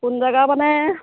কোন জেগা মানে